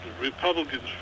Republicans